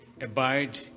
Abide